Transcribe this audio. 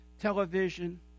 television